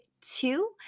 two